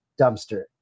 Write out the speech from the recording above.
dumpster